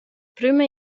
prüma